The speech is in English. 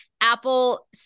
Apple